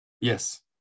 Yes